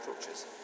approaches